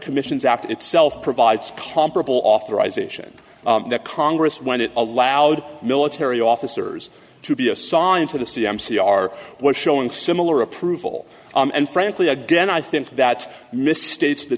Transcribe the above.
commissions act itself provides comparable authorization to congress when it allowed military officers to be assigned to the c m c are was showing similar approval and frankly again i think that